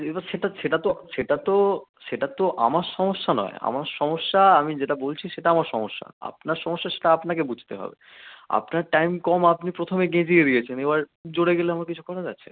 এবার সেটা সেটা তো সেটা তো সেটা তো আমার সমস্যা নয় আমার সমস্যা আমি যেটা বলছি সেটা আমার সমস্যা আপনার সমস্যা সেটা আপনাকে বুঝতে হবে আপনার টাইম কম আপনি প্রথমেই গেঁজিয়ে দিয়েছেন এবার জোরে গেলে আমার কিছু করার আছে